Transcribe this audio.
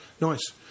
Nice